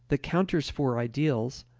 the counters for ideals,